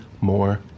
more